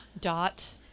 Dot